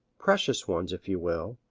precious ones if you will,